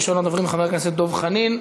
ראשון הדוברים, חבר הכנסת דב חנין.